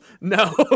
No